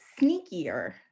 sneakier